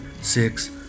six